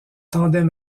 tandem